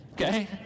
okay